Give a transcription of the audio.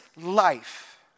life